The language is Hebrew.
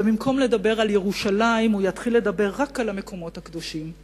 ובמקום לדבר על ירושלים הוא יתחיל לדבר רק על המקומות הקדושים.